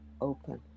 open